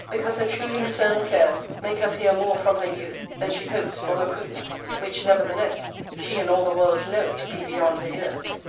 because her truly maternal cares make her fear more from her youth, than she hopes for her prudence which, nevertheless, she and all the world know to be beyond her years.